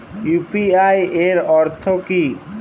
UPI এর অর্থ কি?